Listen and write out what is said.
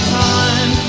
time